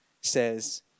says